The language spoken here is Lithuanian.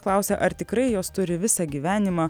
klausia ar tikrai jos turi visą gyvenimą